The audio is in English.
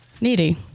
Needy